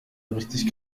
richtig